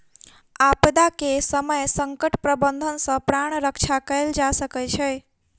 आपदा के समय संकट प्रबंधन सॅ प्राण रक्षा कयल जा सकै छै